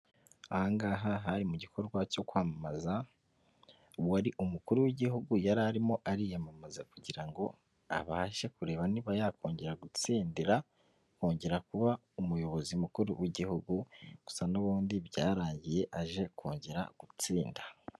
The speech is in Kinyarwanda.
Aha ngaha hari mu gikorwa cyo kwamamaza, uwari umukuru w'igihugu yari arimo ariyamamaza kugira ngo abashe kureba niba yakongera gutsindira, kongera kuba umuyobozi mukuru w'igihugu, gusa n'ubundi byarangiye aje kongera gutsinda.